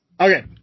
Okay